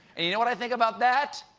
and you know what i think about that?